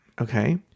Okay